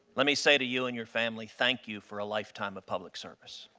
let me say to you and your families, thank you for a lifetime of public service.